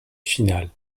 final